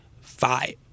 Five